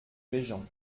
régent